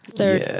third